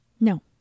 No